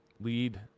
lead